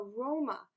aroma